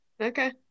Okay